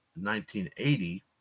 1980